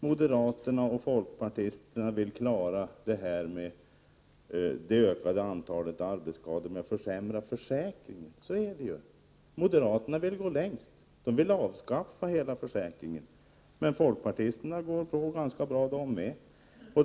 Moderaterna och folkpartisterna vill klara det ökade antalet arbetsskador med försämrad försäkring. Så är det ju. Moderaterna vill gå längst — de vill avskaffa hela försäkringen — men folkpartisterna går på ganska bra de med.